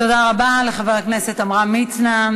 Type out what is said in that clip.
תודה רבה לחבר הכנסת עמרם מצנע.